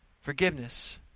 forgiveness